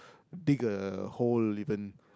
dig a hole even